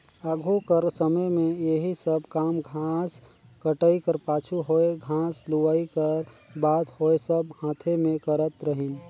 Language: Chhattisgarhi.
आघु कर समे में एही सब काम घांस कटई कर पाछू होए घांस लुवई कर बात होए सब हांथे में करत रहिन